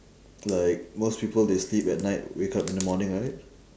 like most people they sleep at night wake up in the morning right